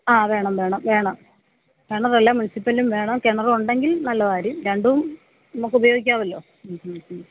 ആ വേണം വേണം വേണം കിണർ എല്ലാം മുനിസിപ്പലും വേണം കിണറുണ്ടെങ്കിൽ നല്ല കാര്യം രണ്ടും നമുക്കുപയോഗിക്കാമല്ലോ മ്മ് മ്മ് മ്മ്